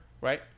Right